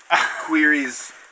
queries